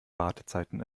wartezeiten